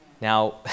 Now